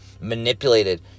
manipulated